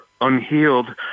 unhealed